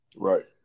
Right